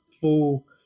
full